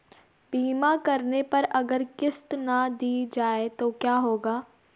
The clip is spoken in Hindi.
बीमा करने पर अगर किश्त ना दी जाये तो क्या होगा?